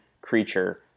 creature